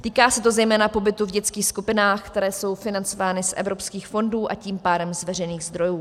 Týká se to zejména pobytu v dětských skupinách, které jsou financovány z evropských fondů, a tím pádem z veřejných zdrojů.